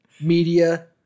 media